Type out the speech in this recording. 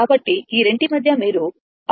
కాబట్టి ఈ రెంటి మధ్య మీరు ఆ RThevenin